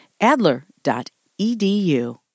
Adler.edu